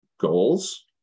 goals